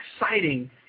exciting